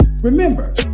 Remember